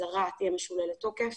האזהרה תהיה משוללת תוקף